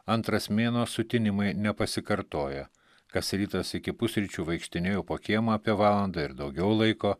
antras mėnuo sutinimai nepasikartoja kas rytas iki pusryčių vaikštinėju po kiemą apie valandą ir daugiau laiko